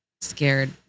scared